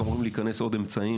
כי אמורים להיכנס עוד אמצעים,